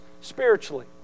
spiritually